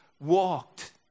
walked